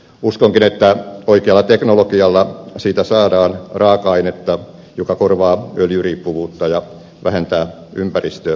uskonkin että oikealla teknologialla siitä saadaan raaka ainetta joka korvaa öljyriippuvuutta ja vähentää ympäristöhaittoja